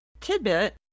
tidbit